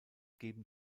geben